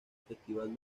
festival